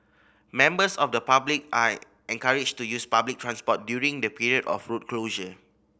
members of the public are encouraged to use public transport during the period of road closure